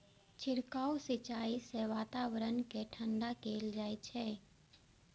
छिड़काव सिंचाइ सं वातावरण कें ठंढा कैल जाइ छै